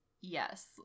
Yes